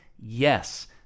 Yes